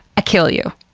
kill you.